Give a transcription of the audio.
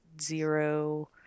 zero